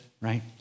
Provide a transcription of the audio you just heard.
right